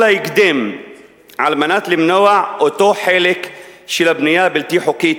ההקדם על מנת למנוע אותו חלק של הבנייה הבלתי-חוקית